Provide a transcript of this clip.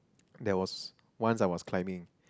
there was once I was climbing